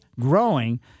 growing—